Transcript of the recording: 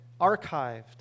archived